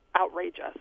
outrageous